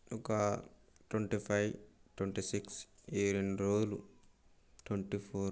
ఒక twenty five twenty six ఈ రెండు రోజులు ట్వంటీ ఫోర్